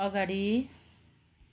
अगाडि